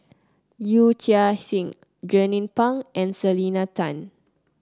Yee Chia Hsing Jernnine Pang and Selena Tan